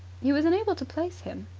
he was unable to place him.